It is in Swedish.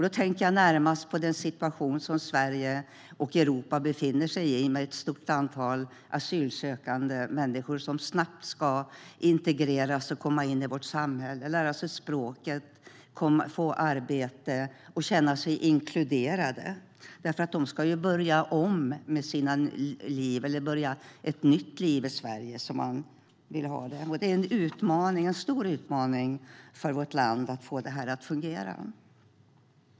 Då tänker jag närmast på den situation som Sverige och Europa befinner sig i, med ett stort antal asylsökande människor som snabbt ska integreras och komma in i vårt samhälle, lära sig språket, få ett arbete och känna sig inkluderade. De ska ju börja ett nytt liv i Sverige. Det är en stor utmaning för vårt land att få detta att fungera.